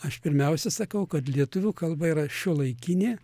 aš pirmiausia sakau kad lietuvių kalba yra šiuolaikinė